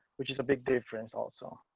which is a big difference also